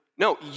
No